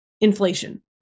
inflation